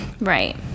Right